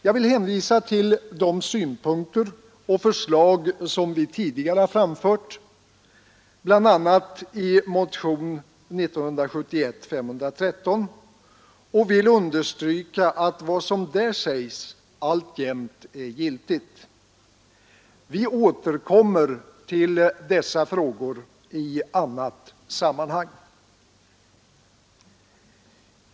Jag vill hänvisa till de synpunkter och förslag vi tidigare framfört, bl.a..i motionen 513 år 1971, och understryka att vad som där sägs alltjämt är giltigt. Vi återkommer till dessa frågor i annat sammanhang.